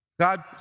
God